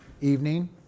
evening